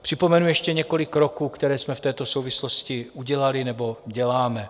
Připomenu ještě několik kroků, které jsme v této souvislosti udělali nebo děláme.